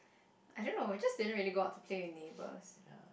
I don't know I just didn't really go out to play with neighbours